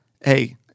Hey